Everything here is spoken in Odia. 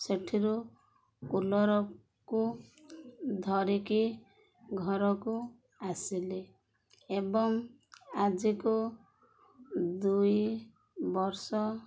ସେଠିରୁ କୁଲରକୁ ଧରିକି ଘରକୁ ଆସିଲି ଏବଂ ଆଜିକୁ ଦୁଇ ବର୍ଷ